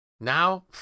now